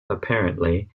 apparently